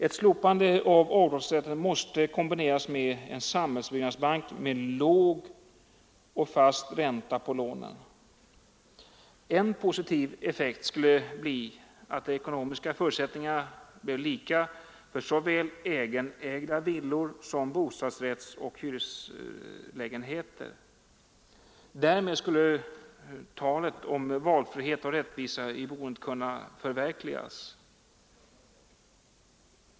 Ett slopande av avdragsrätten måste kombineras med en samhällsbyggnadsbank med låg och fast ränta på lånen. En positiv effekt skulle bli att de ekonomiska förutsättningarna blev lika för såväl egenägda villor som bostadsrättsoch hyreslägenheter. Därmed skulle talet om valfrihet och rättvisa i boendet kunna förverkligas.